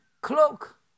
cloak